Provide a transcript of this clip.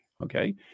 Okay